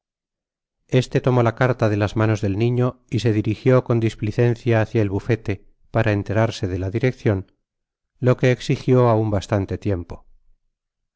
liste tomó la carta de las manos del niño y se dirijió con displicencia hácia el bufele para enterarse de la direccion lo que ecsijtó aun baitante tiempo